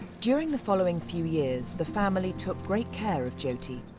during the following few years the family took great care of jyoti.